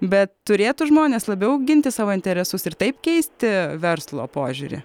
bet turėtų žmonės labiau ginti savo interesus ir taip keisti verslo požiūrį